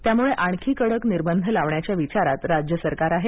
त्यामुळे आणखी कडक निर्बंध लावण्याच्या विचारात राज्य सरकार आहे